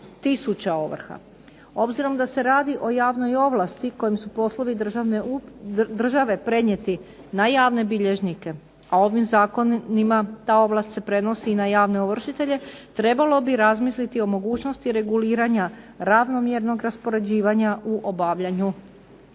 tisuća ovrha. Obzirom da se radi o javnoj ovlasti kojem su poslovi države prenijeti na javne bilježnike, a ovim zakonima ta ovlast se prenosi i na javne ovršitelje, trebalo bi razmisliti o mogućnosti reguliranja ravnomjernog raspoređivanja u obavljanju